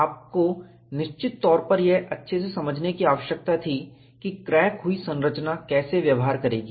आपको आपको निश्चित तौर पर यह अच्छे से समझने की आवश्यकता थी कि क्रैक हुई संरचना कैसे व्यवहार करेगी